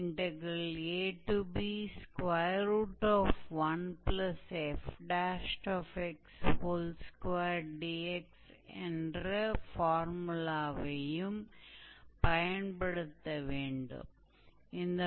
𝑦𝑓𝑥 तो आर्क की लंबाई की गणना करने का फोरमुला इस प्रकार दिया जाएगा